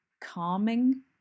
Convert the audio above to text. calming